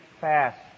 fast